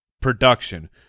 production